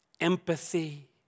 empathy